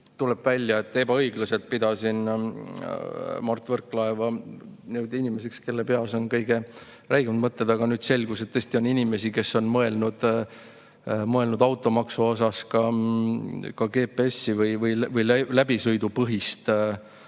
tuleb välja, et ma ebaõiglaselt pidasin Mart Võrklaeva inimeseks, kelle peas on kõige räigemad mõtted. Selgus, et tõesti on inimesi, kes on mõelnud automaksuga ka GPS-i või läbisõidupõhist